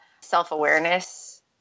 Self-awareness